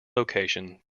location